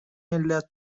علت